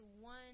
one